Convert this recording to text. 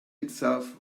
itself